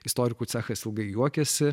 istorikų cechas ilgai juokiasi